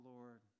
Lord